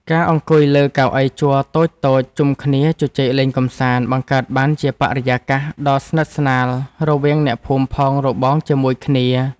ការអង្គុយលើកៅអីជ័រតូចៗជុំគ្នាជជែកលេងកម្សាន្តបង្កើតបានជាបរិយាកាសដ៏ស្និទ្ធស្នាលរវាងអ្នកភូមិផងរបងជាមួយគ្នា។